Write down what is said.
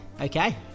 okay